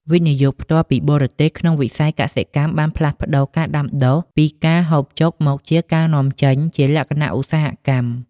វិនិយោគផ្ទាល់ពីបរទេស ក្នុងវិស័យកសិកម្មបានផ្លាស់ប្តូរការដាំដុះពី "ការហូបចុក" មកជា "ការនាំចេញ" ជាលក្ខណៈឧស្សាហកម្ម។